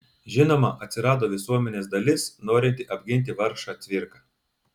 žinoma atsirado visuomenės dalis norinti apginti vargšą cvirką